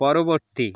পরবর্তী